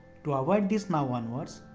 to avoid this now onwards,